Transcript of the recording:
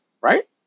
right